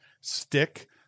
stick